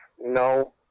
No